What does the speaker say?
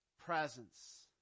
presence